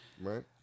Right